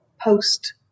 post